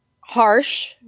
harsh